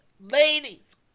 ladies